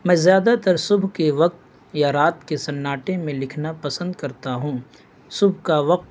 میں زیادہ تر صبح کے وقت یا رات کے سناٹے میں لکھنا پسند کرتا ہوں صبح کا وقت